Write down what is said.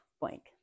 blank